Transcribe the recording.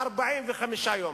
של הבעל, העשירים,